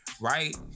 right